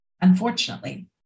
Unfortunately